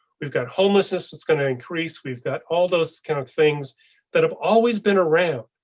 we've got homelessness. it's going to increase. we've got all those kind of things that have always been around.